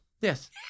Yes